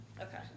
Okay